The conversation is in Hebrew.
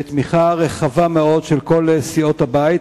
בתמיכה רחבה מאוד של כל סיעות הבית,